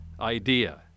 idea